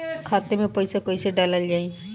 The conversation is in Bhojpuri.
खाते मे पैसा कैसे डालल जाई?